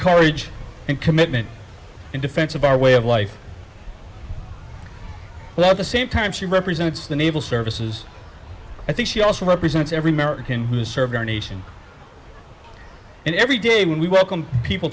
courage and commitment in defense of our way of life but at the same time she represents the naval services i think she also represents every american who served our nation and every day when we welcome people